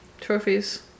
trophies